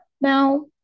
now